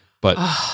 But-